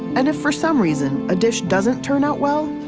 and if, for some reason, a dish doesn't turn out well,